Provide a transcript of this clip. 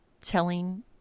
telling